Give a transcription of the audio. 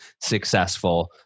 successful